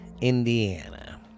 indiana